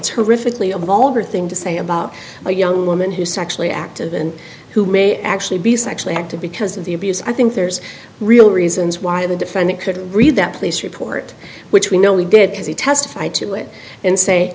horrifically a vulgar thing to say about a young woman who sexually active and who may actually be sexually active because of the abuse i think there's real reasons why the defendant could read that police report which we know he did because he testified to it and say